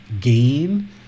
gain